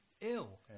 ill